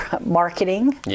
marketing